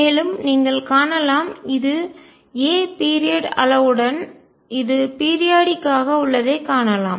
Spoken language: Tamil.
மேலும் நீங்கள் காணலாம் இது a பீரியட் கால இடைவெளி அளவுடன் இது பீரியாடிக் குறிப்பிட்ட கால இடைவெளி ஆக உள்ளதை காணலாம்